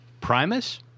Primus